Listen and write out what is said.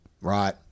right